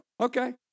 okay